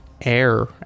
air